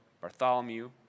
Bartholomew